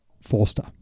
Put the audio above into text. Forster